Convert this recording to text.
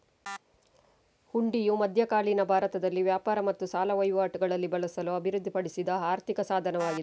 ಹುಂಡಿಯು ಮಧ್ಯಕಾಲೀನ ಭಾರತದಲ್ಲಿ ವ್ಯಾಪಾರ ಮತ್ತು ಸಾಲ ವಹಿವಾಟುಗಳಲ್ಲಿ ಬಳಸಲು ಅಭಿವೃದ್ಧಿಪಡಿಸಿದ ಆರ್ಥಿಕ ಸಾಧನವಾಗಿದೆ